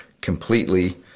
completely